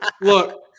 look